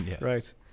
Right